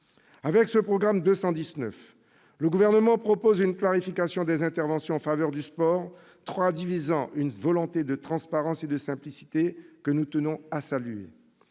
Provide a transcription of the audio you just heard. Avec ce programme 219, le Gouvernement propose une clarification des interventions en faveur du sport traduisant une volonté de transparence et de simplicité que nous tenons à saluer.